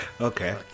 okay